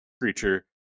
creature